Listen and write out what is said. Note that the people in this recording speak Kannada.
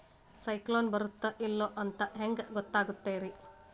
ಸೈಕ್ಲೋನ ಬರುತ್ತ ಇಲ್ಲೋ ಅಂತ ಹೆಂಗ್ ಗೊತ್ತಾಗುತ್ತ ರೇ?